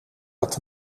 dat